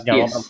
yes